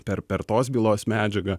per per tos bylos medžiagą